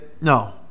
No